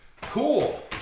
Cool